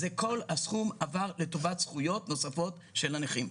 כל הסכום עבר לטובת זכויות נוספות של הנכים.